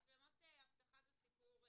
מצלמות אבטחה זה סיפור אחר.